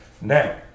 Now